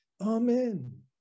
amen